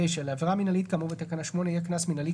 קנס מינהלי קצוב